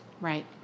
Right